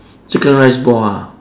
chicken rice ball ah